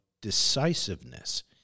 decisiveness